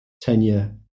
tenure